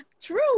True